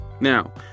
Now